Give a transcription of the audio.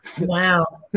Wow